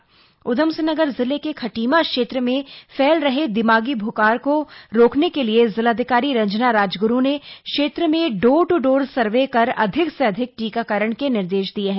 दिमागी बखार उधमसिंह नगर जिले के खटीमा क्षेत्र में फैल रहे दिमागी बुखार को रोकने के लिए जिलाधिकारी रंजना राजग्रु ने क्षेत्र में डोर ट्र डोर सर्वे कर अधिक से अधिक टीकाकरण के निर्देश दिये हैं